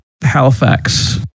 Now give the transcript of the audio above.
Halifax